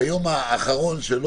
ביום האחרון,